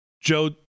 Joe